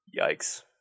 Yikes